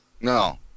No